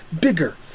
bigger